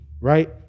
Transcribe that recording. right